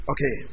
Okay